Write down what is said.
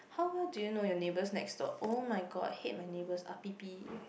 how well do you know your neighbors next door oh-my-god hate my neighbors